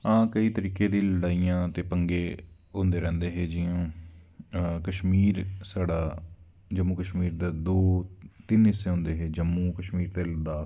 हां केईं तरीके दी लड़ाइयां ते पंगे होंदे रैंह्दे हे जियां कश्मीर साढ़ा जम्मू कश्मीर दा दो तिन्न हिस्से होंदे हे जम्मू कश्मीर ते लद्दाख